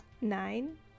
Nine